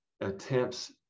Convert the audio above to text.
attempts